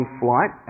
flight